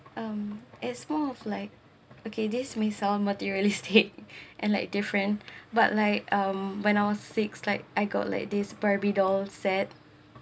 um it's more of like okay this may sound materialistic and like different but like um when I was six like I got like this barbie doll set